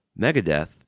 Megadeth